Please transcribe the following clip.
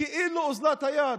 כאילו אוזלת היד,